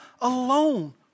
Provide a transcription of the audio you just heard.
alone